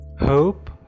hope